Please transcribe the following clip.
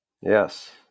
Yes